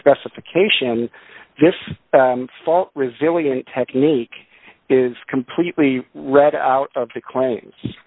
specifications this fall resilient technique is completely read out of the claims